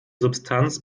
substanz